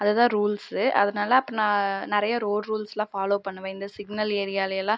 அது தான் ரூல்ஸ்ஸு அதனால அப்போ நான் நிறையா ரோடு ரூல்ஸ்லாம் ஃபாலோவ் பண்ணுவேன் இந்த சிக்னல் ஏரியாவிலேலாம்